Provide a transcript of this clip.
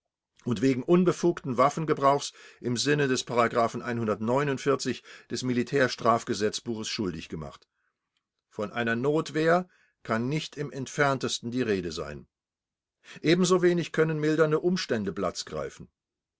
und wegen unbefugten waffengebrauchs im sinne des des militärstrafgesetzbuches schuldig gemacht von einer notwehr kann nicht im entferntesten die rede sein ebensowenig können mildernde umstände platz greifen